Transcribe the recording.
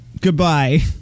Goodbye